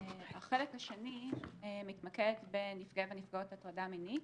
החלק השני מתמקד בנפגעי ונפגעות הטרדה מינית.